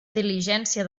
diligència